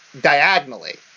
diagonally